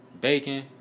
bacon